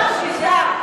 ארבעתאש לִגַ'אן.